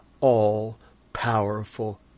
all-powerful